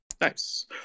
Nice